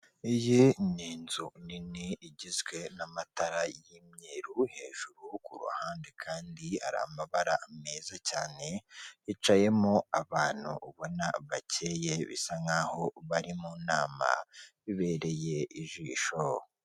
Iyi ni inzu nini igizwe n'amatara y'imyeru hejuru kuruhande kandi hari amabara meza cyane, yicayemo abantu ubona bakeye bisa nkaho bari mu nama, bibereye ijisho.